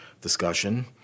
discussion